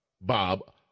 Bob